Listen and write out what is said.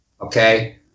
Okay